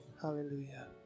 Hallelujah